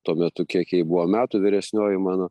tuo metu kiek jai buvo metų vyresnioji mano